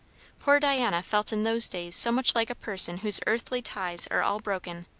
poor diana felt in those days so much like a person whose earthly ties are all broken,